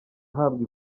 ahabwa